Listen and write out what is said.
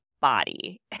body